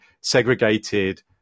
segregated